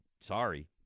sorry